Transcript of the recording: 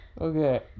Okay